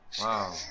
wow